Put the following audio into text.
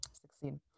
succeed